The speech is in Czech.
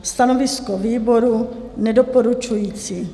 Stanovisko výboru nedoporučující.